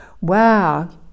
wow